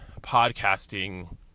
podcasting